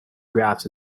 graphs